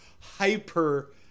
Hyper